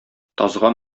тазга